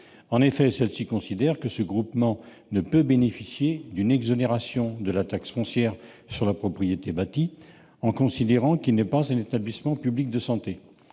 En effet, celle-ci considère que ce groupement ne peut bénéficier d'une exonération de la taxe foncière sur les propriétés bâties, en considérant qu'il n'est pas un établissement public de santé.